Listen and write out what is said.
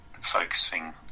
focusing